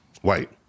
White